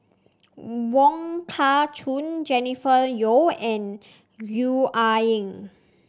Wong Kah Chun Jennifer Yeo and Gwee Ah Leng